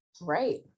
right